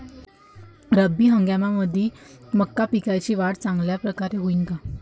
रब्बी हंगामामंदी मका पिकाची वाढ चांगल्या परकारे होईन का?